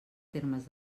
termes